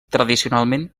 tradicionalment